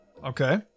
Okay